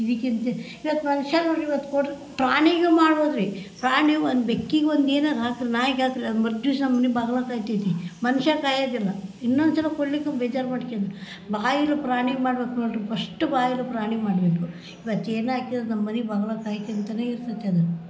ಇದಕ್ಕಿಂತ ಇವತ್ತು ಮನುಷ್ಯ ನೋಡಿರಿ ಇವತ್ತು ಕೊಡ ಪ್ರಾಣಿಗೆ ಮಾಡ್ಬೊದ್ರಿ ಪ್ರಾಣಿಗೆ ಒಂದು ಬೆಕ್ಕಿಗೆ ಒಂದು ಏನಾರು ಹಾಕ್ರಿ ನಾಯಿಗೆ ಹಾಕ್ರಿ ಅದು ಮರುದಿವ್ಸ ಮನೆ ಬಾಗ್ಲು ಕಾಯ್ತೈತೆ ಮನುಷ್ಯ ಕಾಯೋದಿಲ್ಲ ಇನ್ನೊಂದು ಸಲ ಕೊಡಲಿಕ್ಕು ಬೇಜಾರು ಮಾಡ್ಕೆಂಡು ಬಾಯಿಲ್ಲದ ಪ್ರಾಣಿಗೆ ಮಾಡ್ಬೇಕು ನೋಡಿರಿ ಪಶ್ಟು ಬಾಯಿಲ್ಲದ ಪ್ರಾಣಿಗೆ ಮಾಡಬೇಕು ಇವತ್ತು ಏನು ಹಾಕಿದ್ರು ನಮ್ಮ ಮನೆ ಬಾಗ್ಲು ಕಾಯ್ಕೊಂತನೇ ಇರ್ತೈತೆ ಅದು